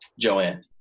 Joanne